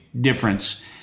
difference